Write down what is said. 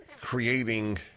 creating